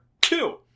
two